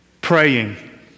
praying